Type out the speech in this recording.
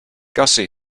gussie